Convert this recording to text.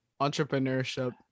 entrepreneurship